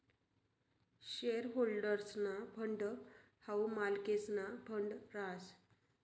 share होल्डर्सना fund हाऊ मालकेसना फंड रहास